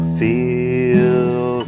feel